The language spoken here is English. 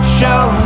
show